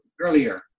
Earlier